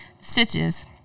stitches